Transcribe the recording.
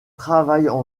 travaillent